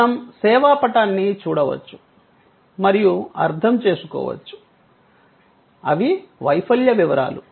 మనం సేవా పటాన్ని చూడవచ్చు మరియు అర్థం చేసుకోవచ్చు అవి వైఫల్య వివరాలు